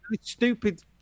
stupid